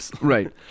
right